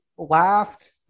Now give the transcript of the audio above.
laughed